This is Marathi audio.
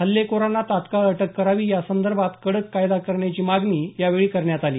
हल्लेखोरांना तात्काळ अटक करावी आणि यासंदर्भात कडक कायदा करण्याची मागणी यावेळी करण्यात आली